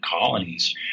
colonies